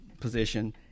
position